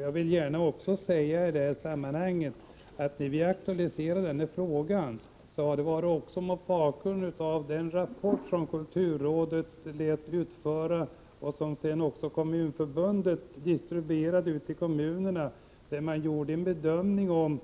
Jag vill gärna också i det sammanhanget säga att vi har aktualiserat denna fråga mot bakgrund av den rapport som kulturrådet lät utge och som Kommunförbundet sedan distribuerade till kommunerna. Där gjordes en bedömning av